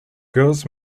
girls